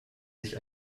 sich